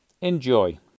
enjoy